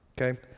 okay